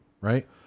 right